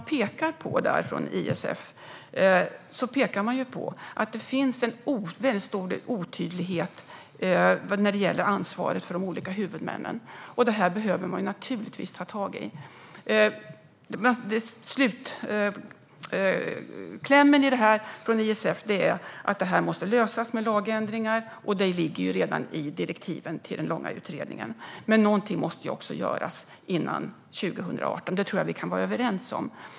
ISF pekar på att det finns en väldigt stor otydlighet när det gäller ansvaret för de olika huvudmännen. Det här behöver man naturligtvis ta tag i. Slutklämmen från ISF är att detta måste lösas med lagändringar, och det ligger redan i direktiven till den långa utredningen. Men någonting måste även göras före 2018. Det tror jag att vi kan vara överens om.